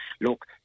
look